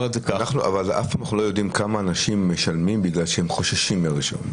אבל אף פעם אנחנו לא יודעים כמה אנשים משלמים בגלל שהם חוששים לרישיון.